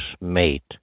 mate